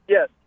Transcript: Yes